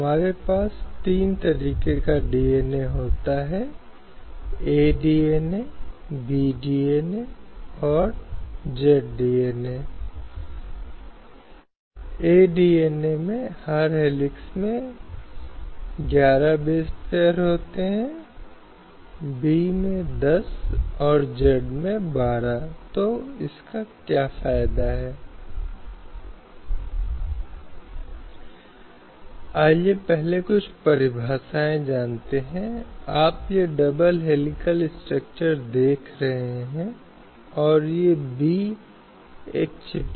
हालाँकि इस तथ्य में निहित है कि निर्देश सिद्धांत देश के शासन के लिए भी मौलिक हैं और यह महत्वपूर्ण है कि विभिन्न निर्देश सिद्धांतों को निर्धारित किया जाए जो कि राज्य द्वारा समय समय पर बड़े स्तर पर समाज और राज्य की जरूरतों को पूरा करने के लिए महसूस किए जाने चाहिए